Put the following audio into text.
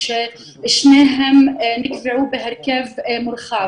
ושהחוק הזה חייב